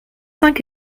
cinq